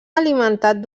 alimentat